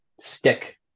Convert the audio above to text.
Stick